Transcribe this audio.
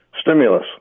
stimulus